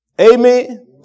Amen